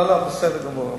בסדר גמור.